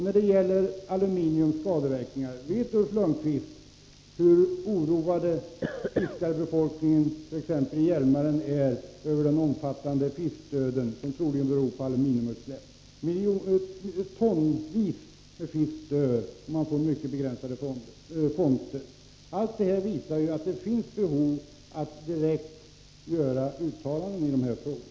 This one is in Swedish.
När det gäller aluminiums skadeverkningar vill jag ställa en fråga: Vet Ulf Lönnqvist hur oroad fiskarbefolkningen vid t.ex. Hjälmaren är över den omfattande fiskdöden, som troligen beror på aluminiumutsläpp? Tonvis med fisk dör, och man får mycket begränsade fångster. Allt detta visar att det finns behov av att riksdagen direkt gör uttalanden i dessa frågor.